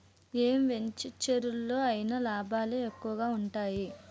ఏ వెంచెరులో అయినా లాభాలే ఎక్కువగా ఉంటాయి